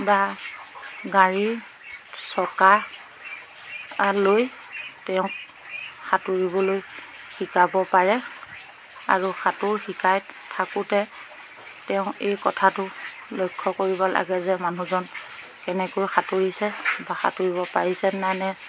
বা গাড়ীৰ চকা লৈ তেওঁক সাঁতুৰিবলৈ শিকাব পাৰে আৰু সাঁতোৰ শিকাই থাকোঁতে তেওঁ এই কথাটো লক্ষ্য কৰিব লাগে যে মানুহজন কেনেকৈ সাঁতুৰিছে বা সাঁতুৰিব পাৰিছে নাই নে